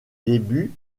débuts